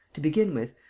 to begin with,